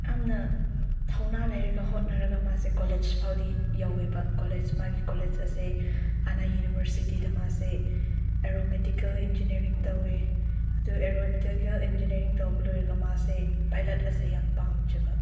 ꯌꯥꯝꯅ ꯊꯧꯅꯥ ꯂꯩꯔꯒ ꯍꯣꯠꯅꯔꯒ ꯃꯥꯁꯦ ꯀꯣꯂꯦꯖ ꯐꯥꯎꯕꯗꯤ ꯌꯧꯋꯦꯕ ꯀꯣꯂꯦꯖ ꯃꯥꯒꯤ ꯀꯣꯂꯦꯖ ꯑꯁꯦ ꯑꯟꯅꯥ ꯌꯨꯅꯤꯕꯔꯁꯤꯇꯤꯗ ꯃꯥꯁꯦ ꯑꯦꯔꯣꯃꯦꯇꯤꯀꯦꯜ ꯏꯟꯖꯤꯅꯤꯌꯥꯔꯤꯡ ꯇꯧꯏ ꯑꯗꯣ ꯑꯦꯔꯣꯃꯦꯇꯤꯀꯦꯜ ꯏꯟꯖꯤꯅꯤꯌꯥꯔꯤꯡ ꯇꯧꯕ ꯂꯣꯏꯔꯒ ꯃꯥꯁꯦ ꯄꯥꯏꯂꯠ ꯑꯁꯦ ꯌꯥꯝ ꯄꯥꯝꯖꯕ